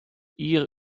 jier